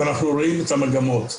ואנחנו רואים את המגמות.